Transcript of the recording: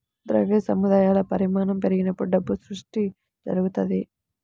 ద్రవ్య సముదాయాల పరిమాణం పెరిగినప్పుడు డబ్బు సృష్టి జరుగుతది